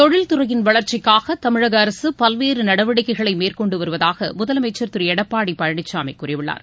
தொழில்துறையின் வளர்ச்சிக்காகதமிழகஅரசுபல்வேறுநடவடிக்கைகளைமேற்கொண்டுவருவதாகமுதலமைச்சர் திருஎடப்பாடிபழனிசாமிகூறியுள்ளார்